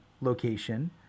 location